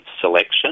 selection